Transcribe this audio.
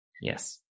Yes